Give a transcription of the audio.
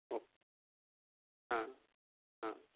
okay हां हां